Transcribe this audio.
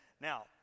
now